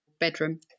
Bedroom